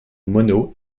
mono